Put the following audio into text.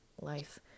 life